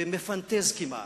מפנטז כמעט,